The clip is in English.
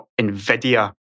NVIDIA